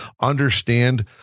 understand